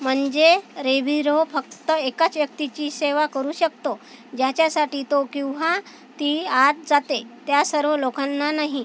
म्हंजे रेव्हिरो फक्त एकाच व्यक्तीची सेवा करू शकतो ज्याच्यासाठी तो किंवा ती आत जाते त्या सर्व लोकांना नाही